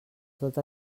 tot